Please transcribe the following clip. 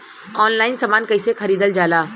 Online समान कैसे खरीदल जाला?